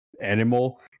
animal